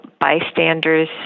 bystanders